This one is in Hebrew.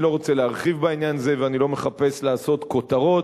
אני לא רוצה להרחיב בעניין הזה ואני לא מחפש לעשות כותרות,